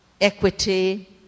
equity